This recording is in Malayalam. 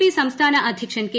പി സംസ്ഥാന അധ്യക്ഷൻ കെ